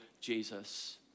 Jesus